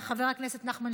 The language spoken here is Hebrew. חבר הכנסת טלב אבו עראר,